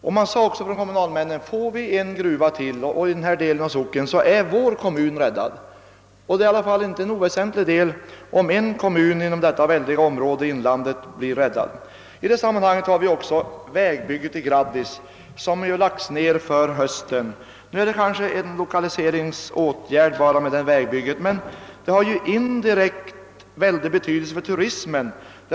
Kommunalmännen har därför sagt, att om vi får en gruva till i denna del av socknen, så är vår kommun räddad. Och det är ändå inte oväsentligt, om en kommun i detta väldiga område i inlandet blir räddad. Vidare har vi vägbygget till Graddis, som har lagts ned i höst. Det bygget är väl ett lokaliseringsprojekt men har indirekt också mycket stor betydelse för turismen.